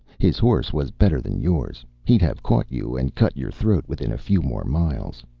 his horse was better than yours. he'd have caught you and cut your throat within a few more miles.